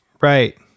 Right